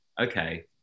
okay